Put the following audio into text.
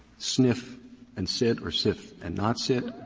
sniff and sit or sniff and not sit,